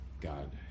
God